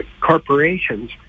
corporations